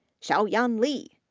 xiaoyan li,